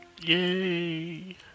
Yay